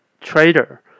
trader